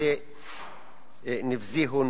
נבזי הוא ניסוחו.